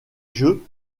jeux